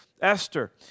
Esther